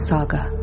Saga